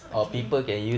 okay